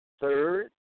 Third